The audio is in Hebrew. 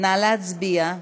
נא להצביע.